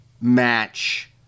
match